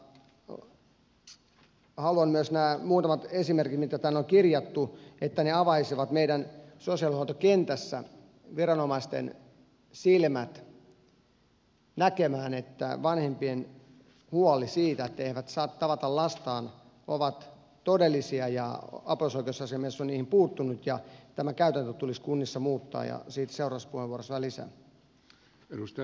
haluan että myös nämä muutamat esimerkit mitä tänne on kirjattu avaisivat meidän sosiaalihuoltokentässä viranomaisten silmät näkemään että vanhempien huolet siitä että he eivät saa tavata lastaan ovat todellisia ja apulaisoikeusasiamies on niihin puuttunut ja tämä käytäntö tulisi kunnissa muuttaa ja siitä seuraavassa puheenvuorossa vähän lisää